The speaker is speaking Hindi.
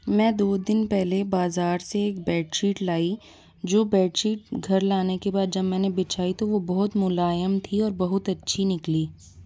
मैं दो दिन पहले बाज़ार से एक बेड शीट लाई जो बेड शीट घर लाने के बाद जब मैंने बिछाई तो वह बहुत मुलायम थी और बहुत अच्छी निकली